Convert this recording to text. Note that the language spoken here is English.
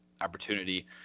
opportunity